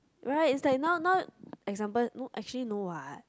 you know right now now example actually no what